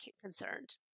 concerned